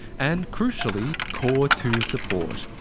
and crucially core two support.